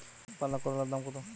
একপাল্লা করলার দাম কত?